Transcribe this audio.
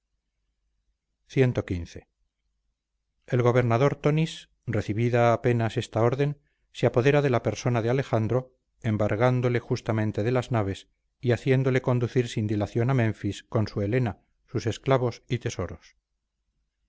crimen cxv el gobernador tonis recibida apenas esta orden se apodera de la persona de alejandro embargándole juntamente las naves y haciéndole conducir sin dilación a menfis con su helena sus esclavos y tesoros